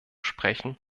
sprechen